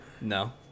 No